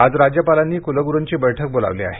आज राज्यपालांनी कुलगुरुंची बैठक बोलावली आहे